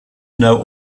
know